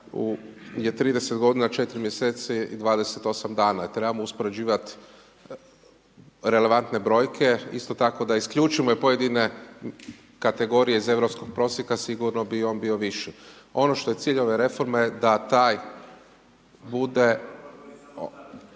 je 30 godina 4 mjeseci i 28 dana i trebamo uspoređivat relevantne brojke. Isto tako da isključimo pojedine kategorije iz Europskog prosjeka sigurno bi on bio viši. Ono što je cilj ove reforme da taj bude